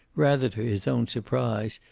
rather to his own surprise,